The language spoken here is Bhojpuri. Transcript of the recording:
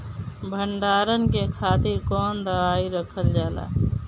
भंडारन के खातीर कौन दवाई रखल जाला?